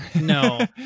No